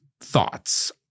thoughts